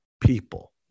people